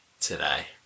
today